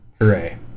Hooray